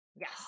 Yes